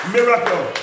Miracle